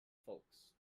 folks